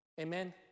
amen